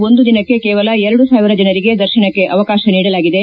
ಒಂದು ದಿನಕ್ಕೆ ಕೇವಲ ಎರಡು ಸಾವಿರ ಜನರಿಗೆ ದರ್ಶನಕ್ಕೆ ಅವಕಾಶ ನೀಡಲಾಗಿದೆ